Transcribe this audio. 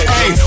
Hey